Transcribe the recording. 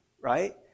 right